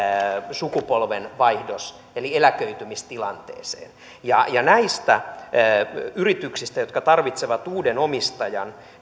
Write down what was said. sukupolvenvaihdos eli eläköitymistilanne ja ja näistä yrityksistä jotka tarvitsevat uuden omistajan